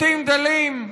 בתים דלים,